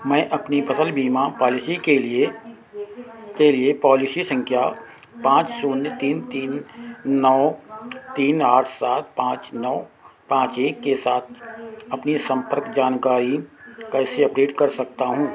मैं अपनी फसल बीमा पॉलिसी के लिए के लिए पॉलिसी संख्या पाँच शून्य तीन तीन नौ तीन आठ सात पाँच नौ पाँच एक के साथ अपनी सम्पर्क जानकारी कैसे अपडेट कर सकता हूँ